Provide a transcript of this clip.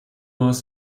aus